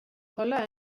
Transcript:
kolla